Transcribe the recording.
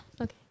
okay